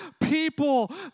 people